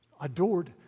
adored